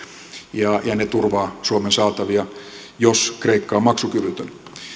ja ja ne turvaavat suomen saatavia jos kreikka on maksukyvytön